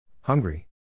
Hungry